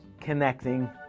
connecting